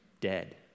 dead